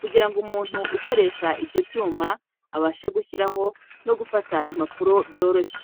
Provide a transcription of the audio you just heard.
kugira ngo umuntu ukoresha ibyo byuma abashe gushyiramo no gufata impapuro byoroshye.